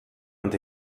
und